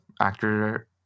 actor